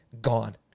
gone